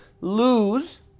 lose